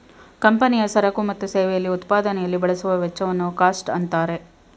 ಕಂಪನಿಯ ಸರಕು ಮತ್ತು ಸೇವೆಯಲ್ಲಿ ಉತ್ಪಾದನೆಯಲ್ಲಿ ಬಳಸುವ ವೆಚ್ಚವನ್ನು ಕಾಸ್ಟ್ ಅಂತಾರೆ